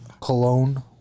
Cologne